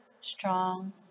strong